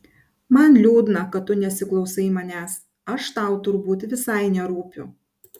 man liūdna kad tu nesiklausai manęs aš tau turbūt visai nerūpiu